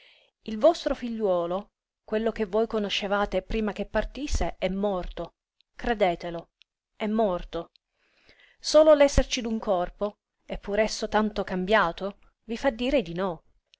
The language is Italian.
il vostro figliuolo quello che voi conoscevate prima che partisse è morto credetelo è morto solo l'esserci d'un corpo e pur esso tanto cambiato vi fa dire di no